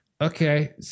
Okay